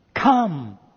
Come